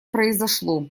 произошло